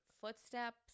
footsteps